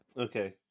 Okay